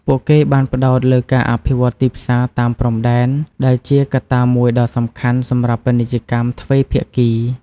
ពួកគេបានផ្តោតលើការអភិវឌ្ឍទីផ្សារតាមព្រំដែន ដែលជាកត្តាមួយដ៏សំខាន់សម្រាប់ពាណិជ្ជកម្មទ្វេភាគី។